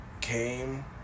came